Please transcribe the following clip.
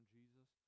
Jesus